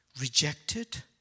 rejected